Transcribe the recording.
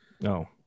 No